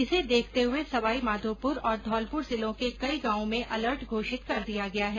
इसे देखते हुए सवाईमाधोपुर और धौलपुर जिलों के कई गांवों में अलर्ट घोषित कर दिया गया है